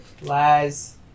Lies